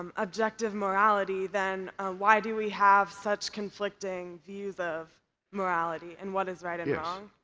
um objective morality then why do we have such conflicting views of morality and what is right and wrong?